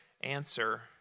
answer